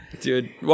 Dude